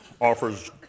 Offers